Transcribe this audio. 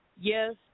yes